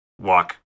walk